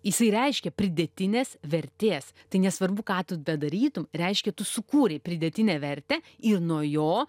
isai reiškia pridėtinės vertės tai nesvarbu ką tu bedarytum reiškia tu sukūrei pridėtinę vertę ir nuo jo